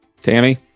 Tammy